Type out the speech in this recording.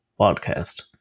Podcast